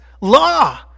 Law